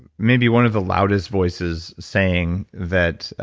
maybe one of the loudest voices saying that,